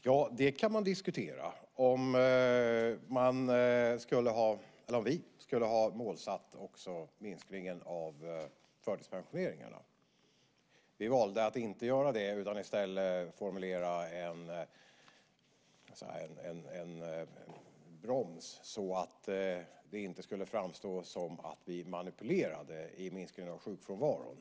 Fru talman! Ja, det kan man diskutera - om vi skulle ha målsatt också minskningen av förtidspensioneringarna. Vi valde att inte göra det utan att i stället formulera en "broms" så att det inte skulle framstå som att vi manipulerade minskningen av sjukfrånvaron.